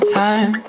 time